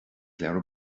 leabhar